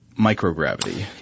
microgravity